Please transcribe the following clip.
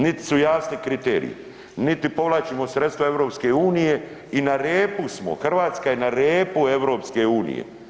Niti su jasni kriteriji niti povlačimo sredstva EU i na repu smo, Hrvatska je na repu EU.